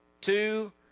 two